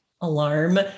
alarm